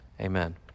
amen